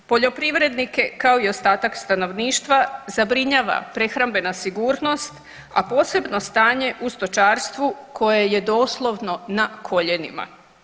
Poljoprivrednike kao i ostatak stanovništva zabrinjava prehrambena sigurnost, a posebno stanje u stočarstvu koje je doslovno na koljenima.